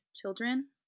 children